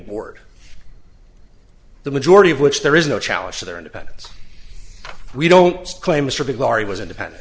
board the majority of which there is no challenge to their independence we don't claim mr biglari was independent